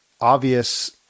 obvious